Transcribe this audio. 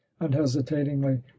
unhesitatingly